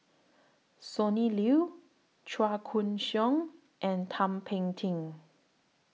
Sonny Liew Chua Koon Siong and Thum Ping Tjin